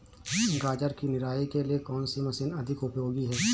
गाजर की निराई के लिए कौन सी मशीन अधिक उपयोगी है?